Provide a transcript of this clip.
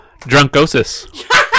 drunkosis